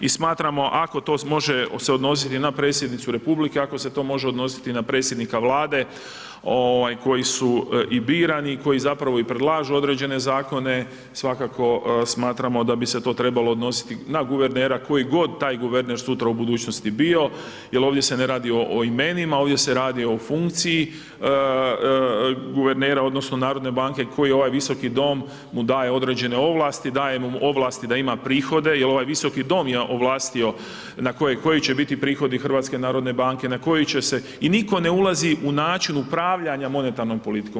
I smatramo ako se to može odnositi na predsjednicu Republike, ako se to može odnositi na predsjednika Vlade, koji su birani, koji zapravo i predlažu određene zakone, svakako smatramo da bi se to trebalo odnositi, na guvernera, koji god taj guverner sutra, u budućnosti bio, jer ovdje se ne radi o imenima, ovdje se radi o funkciji guvernera, odnosno, Narodne banke, koji ovaj Visoki dom mu daje određene ovlasti, daje mu ovlasti da ima prihode, jer ovaj Visoki dom je ovlastio koji će biti prihodi HNB, na koji će se i nitko ne ulazi u način upravljanja monetarnom politikom.